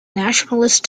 nationalist